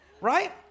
Right